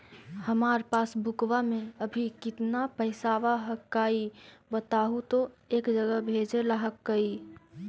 हमार पासबुकवा में अभी कितना पैसावा हक्काई बताहु तो एक जगह भेजेला हक्कई?